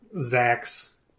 Zach's